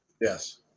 Yes